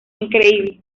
increíble